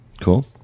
Cool